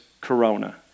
Corona